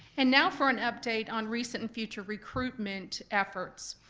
and now for an update on recent and future recruitment efforts.